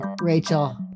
Rachel